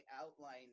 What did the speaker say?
outline